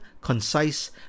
concise